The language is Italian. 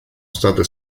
state